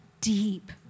deep